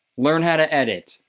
learn how to edit.